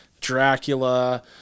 Dracula